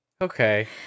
Okay